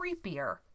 creepier